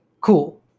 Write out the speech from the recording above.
cool